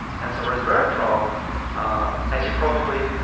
and so resveratrol as you've probably